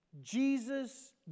Jesus